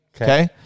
Okay